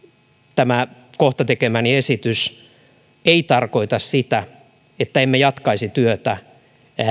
tämä kohta tekemäni esitys ei tarkoita sitä että emme jatkaisi työtä